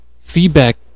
Feedback